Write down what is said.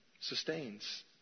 sustains